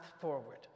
forward